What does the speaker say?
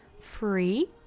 free